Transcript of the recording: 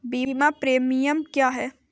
बीमा प्रीमियम क्या है?